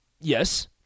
Yes